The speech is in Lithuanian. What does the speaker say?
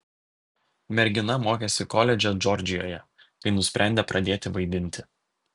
mergina mokėsi koledže džordžijoje kai nusprendė pradėti vaidinti